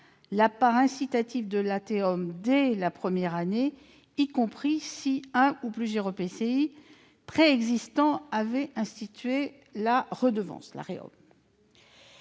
la part incitative de la TEOM dès la première année, y compris si un ou plusieurs EPCI préexistants avaient institué la REOM. Une telle